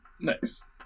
Nice